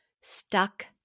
stuck